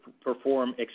perform